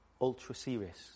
ultra-serious